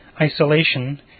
Isolation